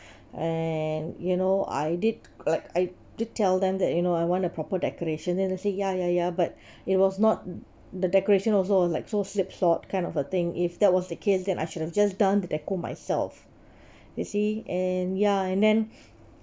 and you know I did like I did tell them that you know I want a proper decoration then they say ya ya ya but it was not the decoration also like so slipshod kind of a thing if that was the case then I should have just done the deco myself you see and ya and then